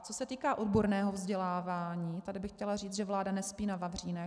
Co se týká odborného vzdělávání, tady bych chtěla říct, že vláda nespí na vavřínech.